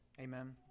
Amen